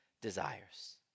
desires